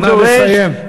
נא לסיים.